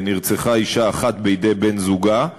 נרצחה אישה אחת בידי בן-זוגה.